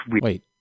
Wait